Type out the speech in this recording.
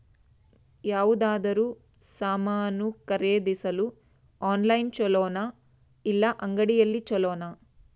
ಯಾವುದಾದರೂ ಸಾಮಾನು ಖರೇದಿಸಲು ಆನ್ಲೈನ್ ಛೊಲೊನಾ ಇಲ್ಲ ಅಂಗಡಿಯಲ್ಲಿ ಛೊಲೊನಾ?